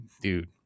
dude